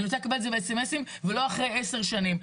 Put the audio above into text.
אני רוצה לקבל את זה באסמסים ולא אחרי עשר שנים.